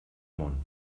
món